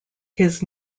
his